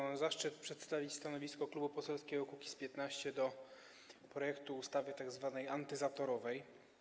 Mam zaszczyt przedstawić stanowisko Klubu Poselskiego Kukiz’15 odnośnie do projektu ustawy tzw. antyzatorowej.